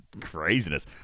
craziness